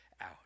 out